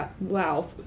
wow